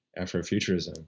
Afrofuturism